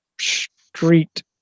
street